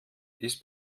ist